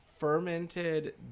Fermented